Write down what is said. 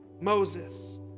Moses